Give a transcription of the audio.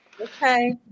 Okay